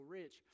rich